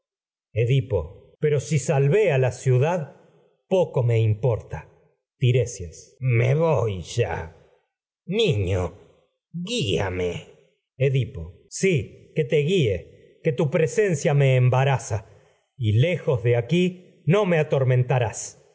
pero si salvé a ciudad poco importa tiresias edipo me voy ya niño guíame si que te guíe que tu presencia me emba no raza y lejos de aquí me atormentarás